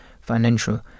financial